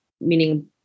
meaning